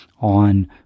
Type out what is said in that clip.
on